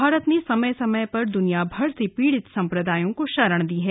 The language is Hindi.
भारत ने समय समय पर दुनिया भर से पीड़ित सम्प्रदायों को शरण दी है